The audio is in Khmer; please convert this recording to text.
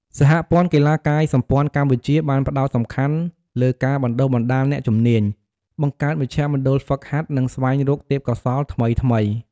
សហព័ន្ធកីឡាកាយសម្ព័ន្ធកម្ពុជាបានផ្តោតសំខាន់លើការបណ្តុះបណ្តាលអ្នកជំនាញ បង្កើតមជ្ឈមណ្ឌលហ្វឹកហាត់ និងស្វែងរកទេពកោសល្យថ្មីៗ។